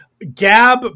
Gab